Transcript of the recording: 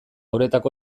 uretako